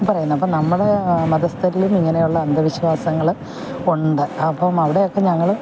പറയുന്നത് അപ്പം നമ്മുടെ മതസ്ഥരിലും ഇങ്ങനെയുള്ള അന്ധവിശ്വാസങ്ങൾ ഉണ്ട് അപ്പം അവിടെയൊക്കെ ഞങ്ങൾ